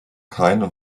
keine